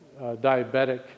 diabetic